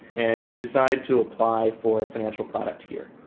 and you decide to apply for a financial product here.